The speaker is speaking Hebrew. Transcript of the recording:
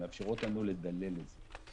הם מאפשרות לנו לדלל את זה.